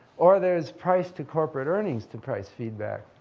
or there's price to corporate earnings to price feedback.